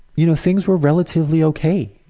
you know, things were relatively ok.